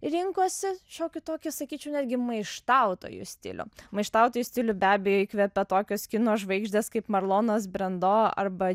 rinkosi šiokį tokį sakyčiau netgi maištautojų stilių maištautojų stilių be abejo įkvėpė tokios kino žvaigždės kaip marlonas brendo arba